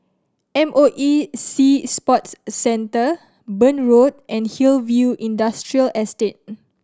M O E Sea Sports Centre Burn Road and Hillview Industrial Estate